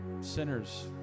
sinners